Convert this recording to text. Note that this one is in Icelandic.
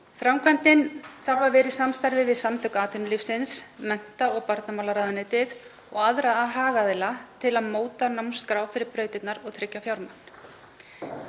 Framkvæmdin þarf að vera í samstarfi við Samtök atvinnulífsins, mennta- og barnamálaráðuneytið og aðra hagaðila til að móta námskrá fyrir brautirnar og tryggja fjármagn.